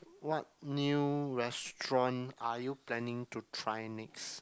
what new restaurant are you planning to try next